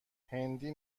هندی